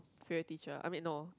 favourite teacher I mean no